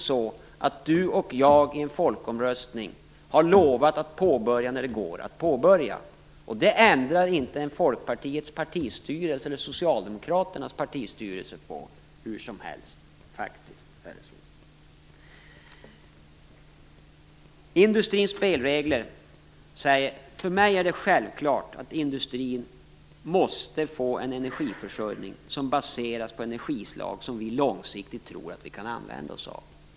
Torsten Gavelin och jag har i en folkomröstning lovat att påbörja när de går att göra det. Det ändrar inte Folkpartiets eller Socialdemokraternas partistyrelse hur som helst. För mig är det självklart att industrin måste få en energiförsörjning som baseras på energislag som vi långsiktigt tror att vi kan använda oss av.